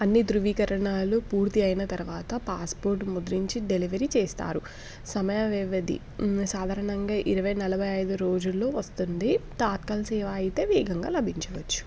అన్ని ధృవీకరణాలు పూర్తి అయిన తర్వాత పాస్పోర్ట్ ముద్రించి డెలివరీ చేస్తారు సమయావ్యవధి సాధారణంగా ఇరవై నలభై ఐదు రోజుల్లో వస్తుంది తత్కాల సేవ అయితే వేగంగా లభించవచ్చు